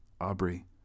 Aubrey